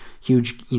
huge